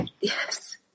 Yes